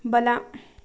ಬಲ